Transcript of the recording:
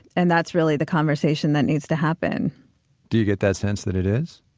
and that's really the conversation that needs to happen do you get that sense that it is?